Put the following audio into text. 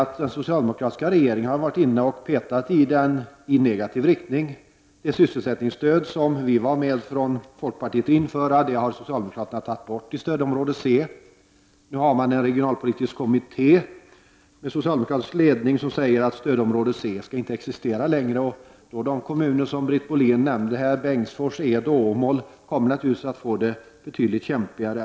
Men den socialdemokratiska regeringen har agerat i negativ riktning. Det sysselsättningsstöd som vi från folkpartiet var med om att införa i stödområde C har socialdemokraterna tagit bort. Nu har man tillsatt en regionalpolitisk kommitté med socialdemokratisk ledning som menar att stödområde C inte längre skall existera. Detta medför naturligtvis att de kommuner som Britt Bohlin räknade upp - Bengtsfors, Dals Ed och Åmål — kommer att få det betydligt kämpigare.